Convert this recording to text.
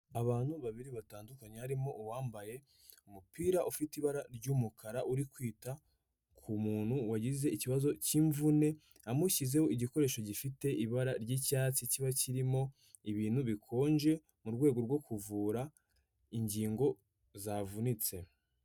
Abantu babiri batandukanye harimo uwambaye umupira ufite ibara ry'umukara urikwita ku muntu wagize ikibazo cy'imvune. Amushyizeho igikoresho gifite ibara ry'icyatsi kiba kirimo ibintu bikonje mu rwego rwo kuvura ingingo zavunitse.